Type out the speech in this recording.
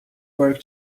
work